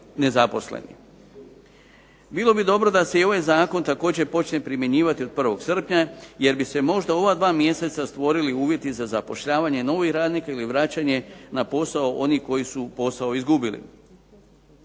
Bilo bi dobro da se i ovaj zakon počne primjenjivati također od 1. srpnja jer bi se možda u ova dva mjeseca stvorili uvjeti za zapošljavanje novih radnika ili vraćanje na posao onih koji su posao izgubili.